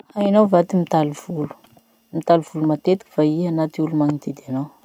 Hainao va ty mitaly volo? Mitaly volo matetiky va iha na ty olo magnodidy anao?